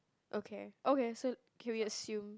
okay okay so can we assume